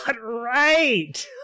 right